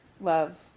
love